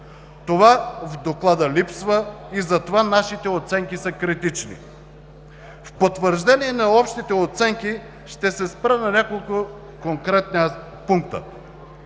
Това в Доклада липсва и затова нашите оценки са критични. В потвърждение на общите оценки ще се спра на няколко конкретни пункта.